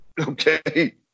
okay